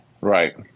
Right